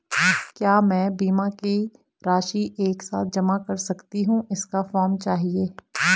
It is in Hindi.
क्या मैं बीमा की राशि एक साथ जमा कर सकती हूँ इसका फॉर्म चाहिए?